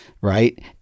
right